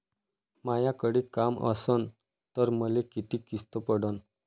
मायाकडे काम असन तर मले किती किस्त पडन?